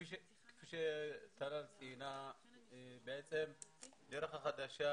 כפי שטלל ציינה בעצם 'הדרך החדשה'